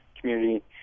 community